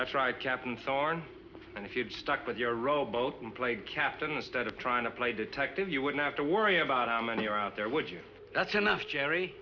i tried captain thorn and if you'd stuck with your role both and played captain instead of trying to play detective you wouldn't have to worry about how many are out there with you that's enough jerry